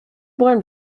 born